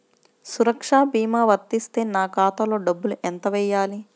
సురక్ష భీమా వర్తిస్తే నా ఖాతాలో డబ్బులు ఎంత వేయాలి?